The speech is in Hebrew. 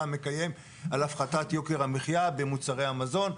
מקיים על הפחתת יוקר המחיה במוצרי המזון.